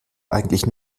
eigentlich